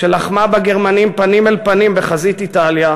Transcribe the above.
שלחמה בגרמנים פנים אל פנים בחזית איטליה,